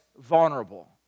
vulnerable